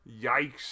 Yikes